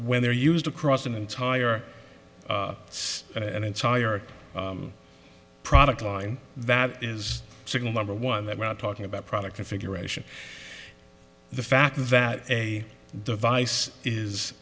when they're used across an entire it's an entire product line that is signal number one that we're not talking about product configuration the fact that a device is